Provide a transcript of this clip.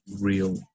real